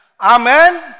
Amen